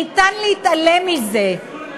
ניתן להתעלם מזה.